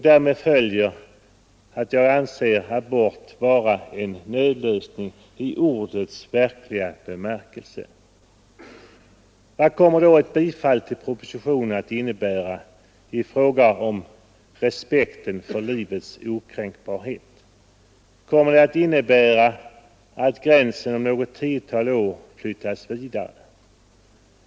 Därav följer att jag anser abort vara en nödlösning i ordets verkliga bemärkelse. Vad kommer då ett bifall till propositionen att innebära i fråga om respekten för livets okränkbarhet? Kommer det att innebära att gränsen om något tiotal år flyttas vidare?